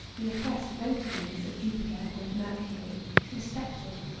the oppressed votaries of jupiter and mercury respected,